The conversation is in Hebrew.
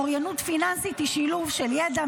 אוריינות פיננסית היא שילוב של ידע,